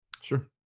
Sure